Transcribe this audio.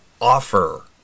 offer